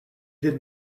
did